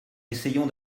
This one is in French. essayons